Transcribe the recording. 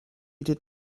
did